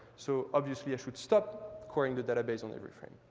so, obviously, i should stop querying the database on every frame.